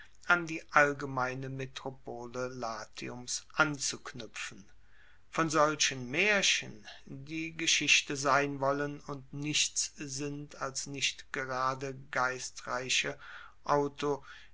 an die allgemeine metropole latiums anzuknuepfen von solchen maerchen die geschichte sein wollen und nichts sind als nicht gerade geistreiche